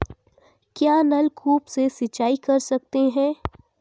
क्या नलकूप से सिंचाई कर सकते हैं?